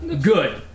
good